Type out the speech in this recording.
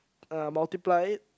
uh multiply